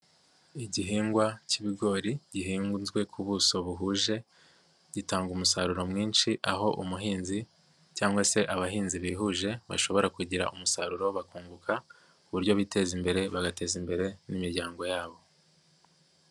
Igihingwa cy'ibigori gihinzwe ku buso buhuje, gitanga umusaruro mwinshi aho umuhinzi cyangwa se abahinzi bihuje, bashobora kugira umusaruro bakunguka, ku buryo biteza imbere bagateza imbere n'imiryango yabo.